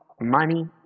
money